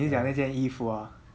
你讲那件衣服 ah